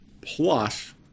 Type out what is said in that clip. plus